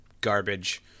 Garbage